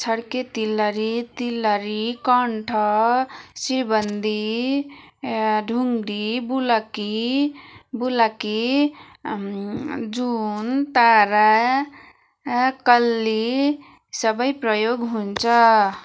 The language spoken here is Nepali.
छड्के तिलहरी तिलहरी कण्ठ शिरबन्दी ढुङ्ग्री बुलाकी बुलाकी जुन तारा कल्ली सबै प्रयोग हुन्छ